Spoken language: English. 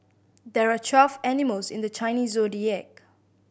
there are twelve animals in the Chinese Zodiac